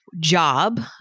job